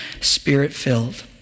spirit-filled